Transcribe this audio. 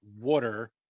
water